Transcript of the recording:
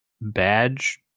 badge